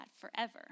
forever